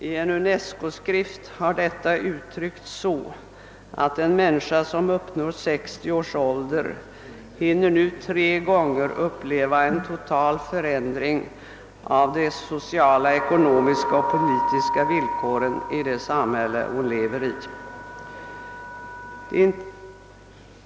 I en UNESCO-skrift har detta uttryckts så, att en människa som uppnår 60-årsåldern hinner nu tre gånger uppleva en total förändring av de sociala, ekonomiska och politiska villkoren i det samhälle vari hon lever.